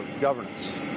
governance